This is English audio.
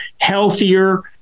healthier